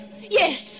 Yes